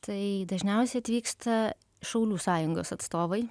tai dažniausiai atvyksta šaulių sąjungos atstovai